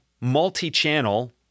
multi-channel